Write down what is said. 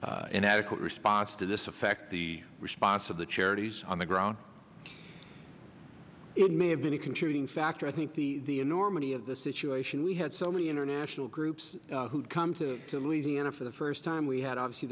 an adequate response to this effect the response of the charities on the ground it may have been a contributing factor i think the enormity of the situation we had so many international groups who'd come to louisiana for the first time we had obviously